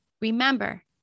Remember